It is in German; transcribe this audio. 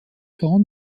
jean